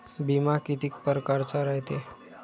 बिमा कितीक परकारचा रायते?